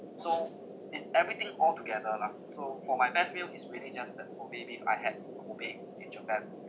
so it's everything altogether lah so for my best meal is really just that kobe beef I had in kobe in japan